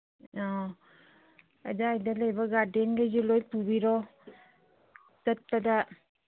ꯑꯥ ꯑꯗꯥꯏꯗ ꯂꯩꯕ ꯒꯥꯔꯗꯦꯟꯒꯩ ꯂꯣꯏ ꯄꯨꯕꯤꯔꯣ ꯆꯠꯄꯗ